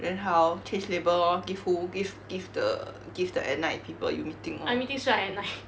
then how change label lor give who give give the at night people you meeting lor